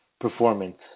performance